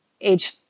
age